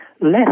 less